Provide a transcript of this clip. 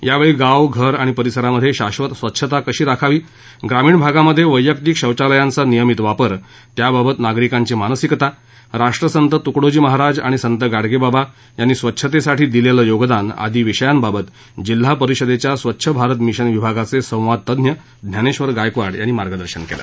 यावेळी गाव घर आणि परिसरामध्ये शाश्वत स्वच्छता कशी राखावी ग्रामीण भागामध्ये वैयक्तिक शौचालयाचा नियमित वापर त्या बाबत नागरिकांची मानसिकता राष्ट्रसंत तुकडोजी महाराज आणि संत गाडो बाबा यांनी स्वच्छतेसाठी दिलेले योगदान आदी विषया बाबत जिल्हा परिषदेच्या स्वछ भारत मिशन विभागाचे संवाद तज्ञ ज्ञानेश्वर गायकवाड यांनी मार्गदर्शन केलं